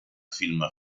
film